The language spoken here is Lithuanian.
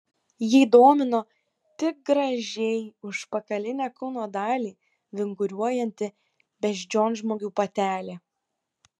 jį domino tik gražiai užpakalinę kūno dalį vinguriuojanti beždžionžmogių patelė